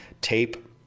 tape